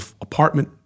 apartment